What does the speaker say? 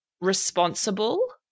responsible